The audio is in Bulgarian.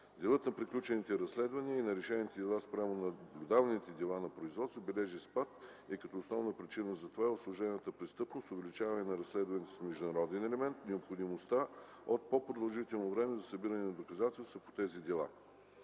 Делът на приключените разследвания и на решените дела спрямо наблюдаваните дела на производство бележи спад и като основна причина за това е усложнената престъпност, увеличаване на разследванията с международен елемент, необходимостта от по-продължително време за събиране на доказателства по тези дела.